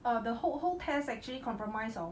err the whole whole test actually comprise of